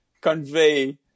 convey